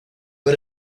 ver